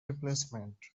replacement